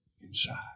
inside